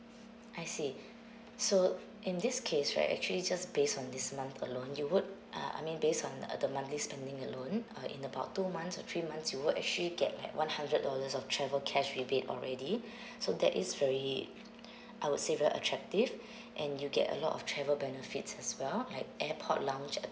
I see so in this case right actually just based on this month alone you would uh I mean based on the uh the monthly spending alone uh in about two months or three months you will actually get like one hundred dollars of travel cash rebate already so that is very I would say very attractive and you get a lot of travel benefits as well like airport lounge